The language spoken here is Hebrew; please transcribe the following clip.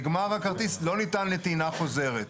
אם נגמר הכרטיס הוא לא ניתן לטעינה חוזרת.